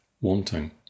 wanting